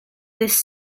this